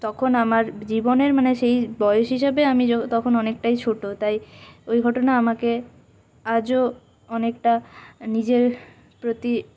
তখন আমার জীবনের মানে সেই বয়স হিসাবে আমি তখন অনেকটাই ছোটো তাই ওই ঘটনা আমাকে আজও অনেকটা নিজের প্রতি